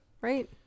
Right